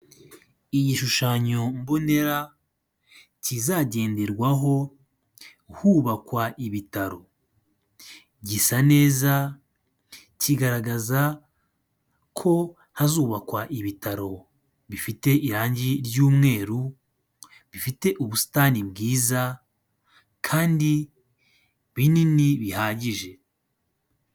Igishushanyo mbonera kizagenderwaho hubakwa ibitaro. Gisa neza, kigaragaza ko hazubakwa ibitaro. Bifite irangi ry'umweru, bifite ubusitani bwiza, kandi binini bihagije.